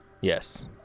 yes